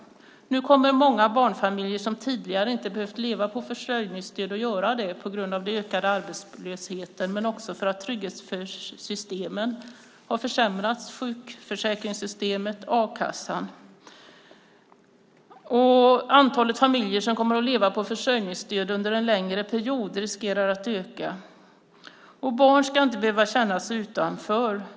Många barnfamiljer som tidigare inte behövt leva på försörjningsstöd kommer nu att behöva göra det på grund av den ökande arbetslösheten men också för att trygghetssystemen - sjukförsäkringssystemet och a-kassan - har försämrats. Antalet familjer som under en längre period kommer att leva på försörjningsstöd riskerar därmed att öka. Barn ska inte behöva känna sig utanför.